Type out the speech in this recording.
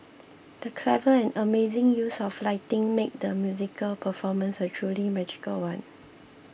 the clever and amazing use of lighting made the musical performance a truly magical one